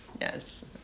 Yes